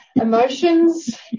emotions